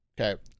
Okay